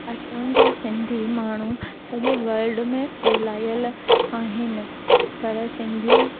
असांजा सिंधी माण्हू सॼे वल्ड में फैहिलायल आहिनि पर सिंधी